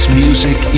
music